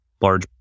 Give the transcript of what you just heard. large